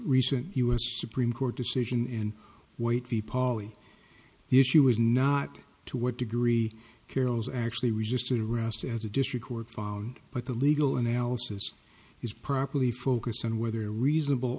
recent u s supreme court decision in white v pauli the issue is not to what degree carol's actually resisted arrest as a district court found but the legal analysis is properly focused on whether a reasonable